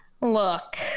Look